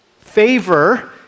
Favor